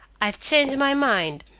i've changed my mind,